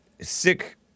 sick